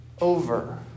over